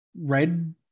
red